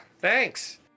thanks